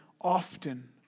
often